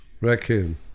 Raccoon